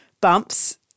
bumps